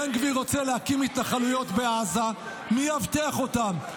בן גביר רוצה להקים התנחלויות בעזה, מי יאבטח אותן?